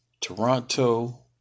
Toronto